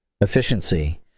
Efficiency